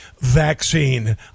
vaccine